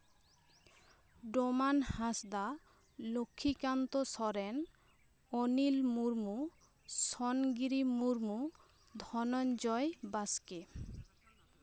Doman Hansda Lakhikanta Soren Anil Murmu Sangiri Murmu Dhananjay Baske